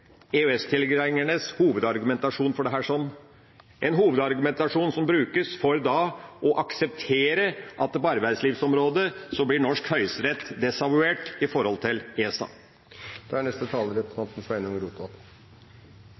hovedargumentasjon for dette – en hovedargumentasjon som brukes for å akseptere at på arbeidslivsområdet blir norsk Høyesterett desavuert i forhold til ESA.